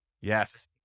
Yes